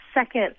second